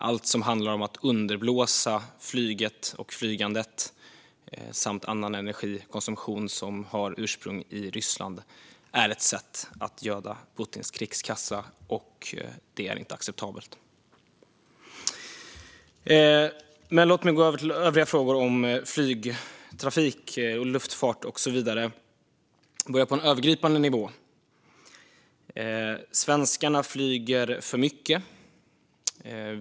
Allt som underblåser flyget, flygandet och annan konsumtion av energi med ursprung i Ryssland är ett sätt att göda Putins krigskassa, och det är inte acceptabelt. Låt mig dock gå över till övriga frågor gällande flygtrafik, luftfart och så vidare! Jag ska börja på en övergripande nivå. Svenskarna flyger för mycket.